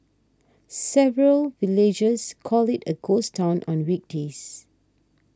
several villagers call it a ghost town on weekdays